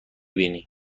بینی